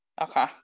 Okay